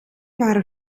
haar